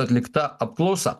atlikta apklausa